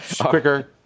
Quicker